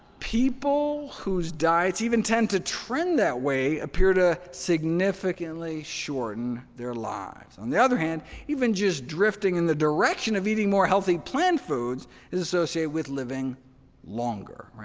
people whose diets even tend to trend that way appear to significantly shorten their lives. on the other hand, even just drifting in the direction of eating more healthy plant foods is associated with living longer.